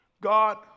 God